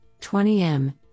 20m